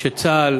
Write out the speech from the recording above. צה"ל